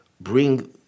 bring